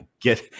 get